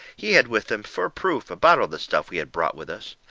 he had with him, fur proof, a bottle of the stuff we had brought with us.